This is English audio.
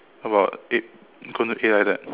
about eight going to eight like that